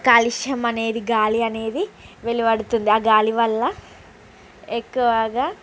కాలుష్యం అనేది గాలి అనేది వెలువడుతుంది ఆ గాలి వల్ల ఎక్కువగా